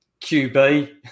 QB